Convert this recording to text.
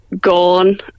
gone